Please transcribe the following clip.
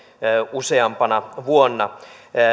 useampana vuonna